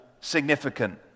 significant